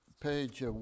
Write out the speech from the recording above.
page